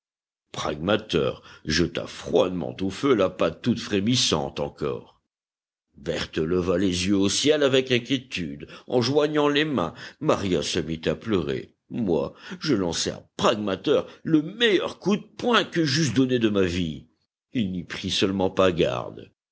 pragmater jeta froidement au feu la patte toute frémissante encore berthe leva les yeux au ciel avec inquiétude en joignant les mains maria se mit à pleurer moi je lançai à pragmater le meilleur coup de poing que j'eusse donné de ma vie il n'y prit seulement pas garde